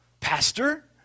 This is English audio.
pastor